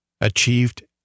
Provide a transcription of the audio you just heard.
achieved